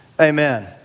Amen